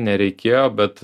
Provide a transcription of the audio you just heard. nereikėjo bet